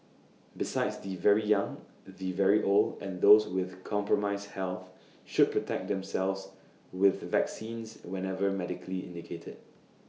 besides the very young the very old and those with compromised health should protect themselves with vaccines whenever medically indicated